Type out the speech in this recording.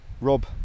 rob